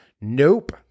Nope